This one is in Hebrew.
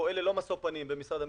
שפועל ללא משוא פנים במשרד המשפטים,